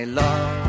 love